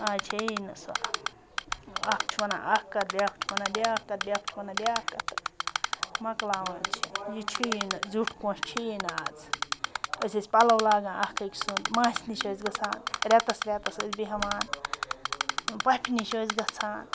آز چھے یی نہٕ سۄ اَکھ چھُ وَنان اَکھ کَتھ بیٛاکھ چھُ وَنان بیٛاکھ کَتھ بیٛاکھ چھُ وَنان بیٛاکھ کَتھ تہٕ مۄکلاوان چھِ یہِ چھِ یی نہٕ زیُٹھ کونٛس چھُ یی نہٕ آز أسۍ ٲسۍ پَلَو لاگان اَکھ أکۍ سُنٛد ماسہِ نِش ٲسۍ گَژھان رٮ۪تَس رٮ۪تَس ٲسۍ بیٚہوان پۄپھہِ نِش ٲسۍ گَژھان